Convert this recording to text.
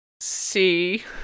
see